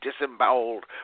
disemboweled